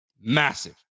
Massive